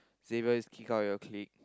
Xavier is kick out of your clique